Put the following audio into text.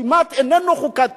כמעט לא חוקתי,